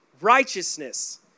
righteousness